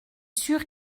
sûr